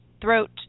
throat